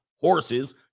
horses